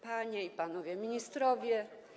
Panie i Panowie Ministrowie!